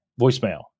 voicemail